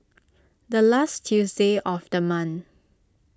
the last Tuesday of the month